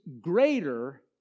greater